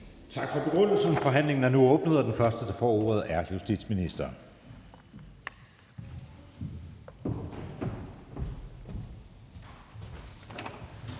Tak for begrundelsen. Forhandlingen er nu åbnet, og den første, der får ordet, er justitsministeren.